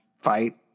fight